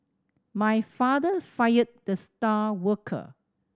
my father fired the star worker